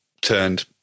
turned